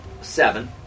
Seven